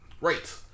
Right